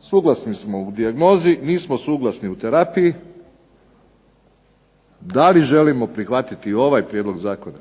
Suglasni smo u dijagnozi, nismo suglasni u terapiji, ali želimo prihvatiti ovaj prijedlog zakona